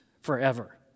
forever